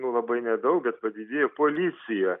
nu labai nedaug bet padidėjo policija